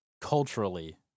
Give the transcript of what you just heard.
culturally